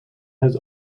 has